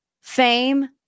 fame